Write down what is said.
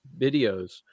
videos